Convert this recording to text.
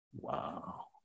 wow